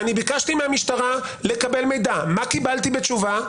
אני ביקשתי מהמשטרה לקבל מידע, מה קיבלתי בתשובה?